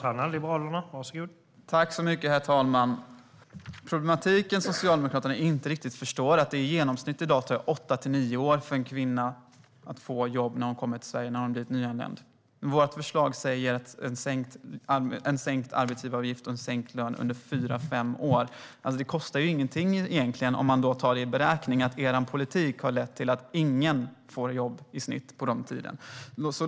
Herr talman! Den problematik som Socialdemokraterna inte riktigt förstår är att det i dag tar i genomsnitt åtta till nio år för en nyanländ kvinna som kommit till Sverige att få jobb. I vårt förslag talar vi om en sänkt arbetsgivaravgift och en sänkt lön under fyra fem år. Det kostar egentligen ingenting om man tar med i beräkningen att er politik har lett till att i genomsnitt ingen får jobb på den tiden.